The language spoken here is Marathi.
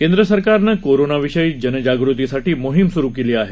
केंद्रसरकारनं कोरोनाविषयी जाग़तीसाठी मोहीम सुरु केली आहे